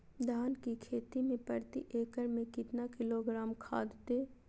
धान की खेती में प्रति एकड़ में कितना किलोग्राम खाद दे?